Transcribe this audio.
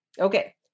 Okay